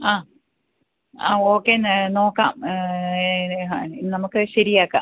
ആ ആ ഓക്കെ നോക്കാം നമുക്ക് ശരിയാക്കാം